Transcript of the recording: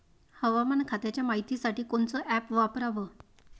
हवामान खात्याच्या मायतीसाठी कोनचं ॲप वापराव?